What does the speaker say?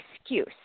excuse